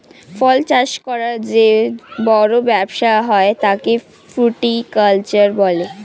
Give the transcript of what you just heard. ফল চাষ করার যে বড় ব্যবসা হয় তাকে ফ্রুটিকালচার বলে